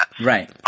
Right